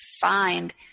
find